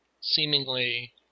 seemingly